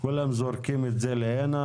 כולם זורקים את זה לכאן,